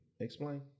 Explain